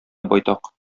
байтак